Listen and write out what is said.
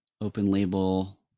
open-label